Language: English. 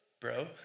bro